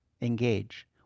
Engage